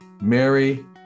Mary